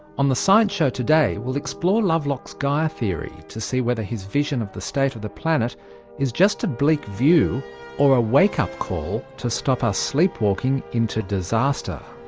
on the science show today we'll explore lovelock's gaia theory to see whether his vision of the state of the planet is just a bleak view or a wakeup call to stop us sleepwalking into disaster.